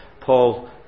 Paul